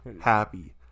happy